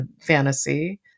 fantasy